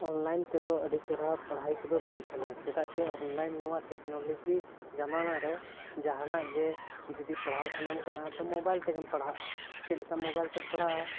online ᱛᱮᱫᱚ ᱟᱹᱰᱤ ᱪᱮᱨᱦᱟ ᱯᱟᱲᱦᱟᱣ ᱠᱚᱫᱚ ᱦᱩᱭᱩᱜ ᱠᱟᱱᱟ ᱪᱮᱫᱟᱜ ᱪᱮ ᱚᱱᱞᱟᱭᱤᱱ ᱱᱚᱣᱟ ᱴᱮᱠᱱᱳᱞᱚᱡᱤ ᱡᱟᱢᱟᱱᱟ ᱨᱮ ᱡᱟᱦᱟᱱᱟᱜ ᱜᱮ ᱡᱩᱫᱤ ᱯᱟᱲᱦᱟᱣ ᱥᱟᱱᱟᱢ ᱠᱟᱱᱟ ᱛᱚ ᱢᱚᱵᱟᱭᱤᱞ ᱛᱮᱜᱮᱢ ᱯᱟᱲᱦᱟᱜᱼᱟ ᱪᱮᱫ ᱞᱮᱠᱟ ᱢᱚᱵᱟᱭᱤᱞ ᱛᱮᱢ ᱯᱟᱲᱦᱟᱜᱼᱟ